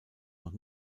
noch